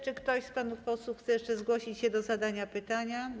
Czy ktoś z panów posłów chce jeszcze zgłosić się do zadania pytania?